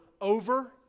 over